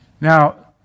Now